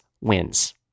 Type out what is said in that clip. wins